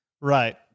Right